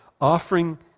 offering